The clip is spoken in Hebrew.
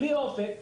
בלי אופק,